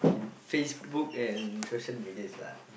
in Facebook and social medias lah